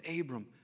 Abram